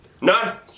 No